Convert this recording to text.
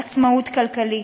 עצמאות כלכלית,